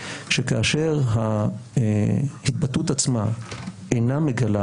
שכאשר ההתבטאות עצמה אינה מגלה,